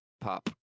pop